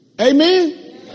Amen